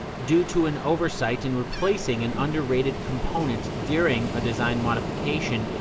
due to an oversight in replacing an underrated component during a design modification,